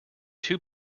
two